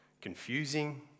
Confusing